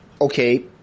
okay